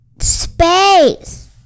space